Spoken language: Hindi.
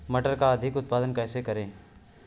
मटर का अधिक उत्पादन कैसे करें?